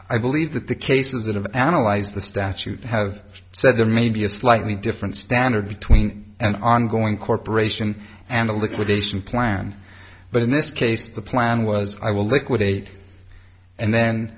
i believe that the cases that have analyzed the statute have said there may be a slightly different standard between an ongoing corporation and a liquidation plan but in this case the plan was i will liquidate and then